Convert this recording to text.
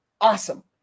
awesome